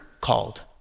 called